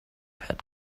had